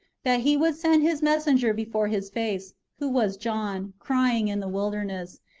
that he would send his messenger before his face, who was john, crying in the wil derness,